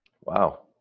Wow